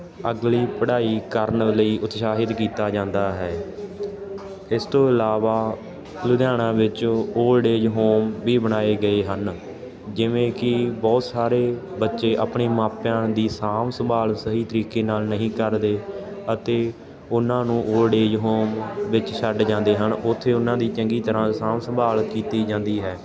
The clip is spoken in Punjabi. ਅਗਲੀ ਪੜ੍ਹਾਈ ਕਰਨ ਲਈ ਉਤਸ਼ਾਹਿਤ ਕੀਤਾ ਜਾਂਦਾ ਹੈ ਇਸ ਤੋਂ ਇਲਾਵਾ ਲੁਧਿਆਣਾ ਵਿੱਚ ਓਲਡ ਏਜ ਹੋਮ ਵੀ ਬਣਾਏ ਗਏ ਹਨ ਜਿਵੇਂ ਕਿ ਬਹੁਤ ਸਾਰੇ ਬੱਚੇ ਆਪਣੇ ਮਾਪਿਆਂ ਦੀ ਸਾਂਭ ਸੰਭਾਲ ਸਹੀ ਤਰੀਕੇ ਨਾਲ ਨਹੀਂ ਕਰ ਰਹੇ ਅਤੇ ਉਹਨਾਂ ਨੂੰ ਓਲਡ ਏਜ ਹੋਮ ਵਿੱਚ ਛੱਡ ਜਾਂਦੇ ਹਨ ਉੱਥੇ ਉਹਨਾਂ ਦੀ ਚੰਗੀ ਤਰਾਂ ਸਾਂਭ ਸੰਭਾਲ ਕੀਤੀ ਜਾਂਦੀ ਹੈ